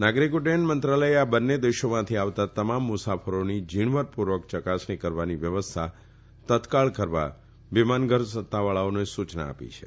નાગરીક ઉડૃથન મંત્રાલયે આ બંને દેશોમાંથી આવતાં તમામ મુસાફરોની જીણવટ પુર્વક ચકાસણી કરવાની વ્યવસ્થા તત્કાળ કરવા વિમાન ઘર સત્તાવાળાઓને સુચના આપી છે